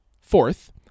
fourth